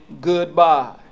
goodbye